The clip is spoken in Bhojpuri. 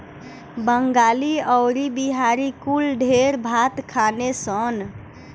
बंगाली अउरी बिहारी कुल ढेर भात खाने सन